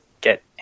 get